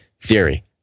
Theory